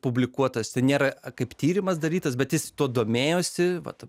publikuotas ten nėra kaip tyrimas darytas bet jis tuo domėjosi vat